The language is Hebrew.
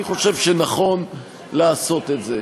אני חושב שנכון לעשות את זה.